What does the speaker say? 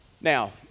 Now